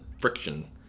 friction